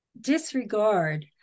disregard